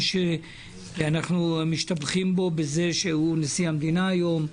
איש שאנחנו משתבחים בו בזה שהוא נשיא המדינה היום.